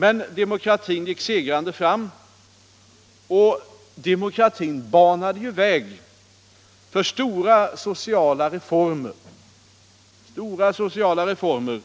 Men demokratin gick segrande fram, och den banade väg för stora sociala reformer